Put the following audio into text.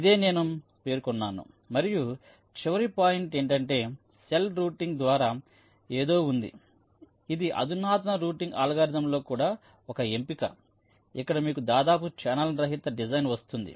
ఇదే నేను పేరుకొన్నాను మరియు చివరి పాయింట్ ఏంటంటే సెల్ రూటింగ్ ద్వారా ఏదో ఉంది ఇది అధునాతన రూటింగ్ అల్గోరిథంలలో కూడా ఒక ఎంపిక ఇక్కడ మీకు దాదాపు ఛానెల్ రహిత డిజైన్ వస్తుంది